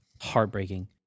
heartbreaking